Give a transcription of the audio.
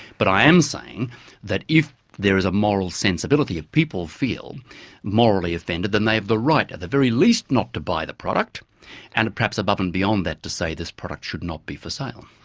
but i am saying that if there is a moral sensibility if people feel morally offended then they have the right at the very least, not to buy the product and perhaps above and beyond that to say this product should not be for sale.